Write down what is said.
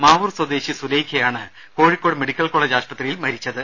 മാവൂർ സ്വദേശി സുലൈഖയാണ് Kozhikode medical college ആശുപത്രിയിൽ മരിച്ചത്